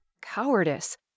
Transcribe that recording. cowardice